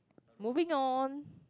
moving on